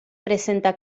presenta